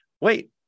Wait